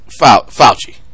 Fauci